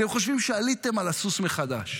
אתם חושבים שעליתם על הסוס מחדש.